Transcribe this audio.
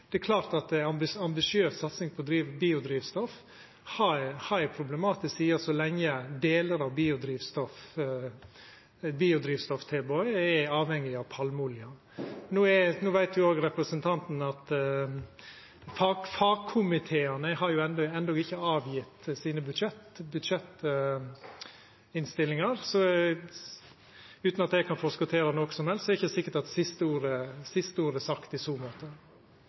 det er klart at ei ambisiøs satsing på biodrivstoff har ei problematisk side så lenge delar av biodrivstofftilbodet er avhengig av palmeolje. No veit òg representanten at fagkomiteane enno ikkje har kome med budsjettinnstillingane. Utan at eg kan forskottera noko som helst, er det ikkje sikkert at siste ord er sagt i så måte.